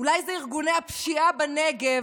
אולי ארגוני הפשיעה בנגב,